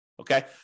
Okay